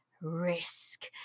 Risk